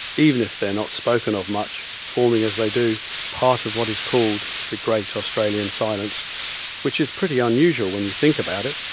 even if they are not spoken of much, forming as they do part of what is called the great australian silence which is pretty unusual when you think about it,